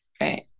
Right